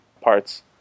parts